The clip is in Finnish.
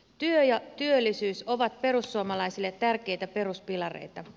työ ja työllisyys ovat perussuomalaisille tärkeitä peruspilareita